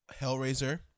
Hellraiser